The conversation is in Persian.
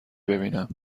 ببینم